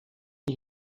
ils